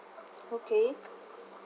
okay